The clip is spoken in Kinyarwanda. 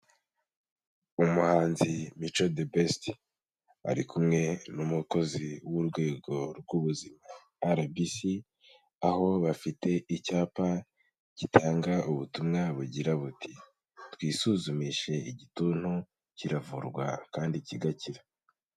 Umuhanzi Mico the Best, ari kumwe n'umukozi w'Urwego rw'Ubuzima RBC, aho bafite icyapa gitanga ubutumwa bugira buti: " Twisuzumishe igituntu, kiravurwa kandi kigakira."